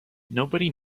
nobody